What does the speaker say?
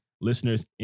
listeners